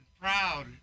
proud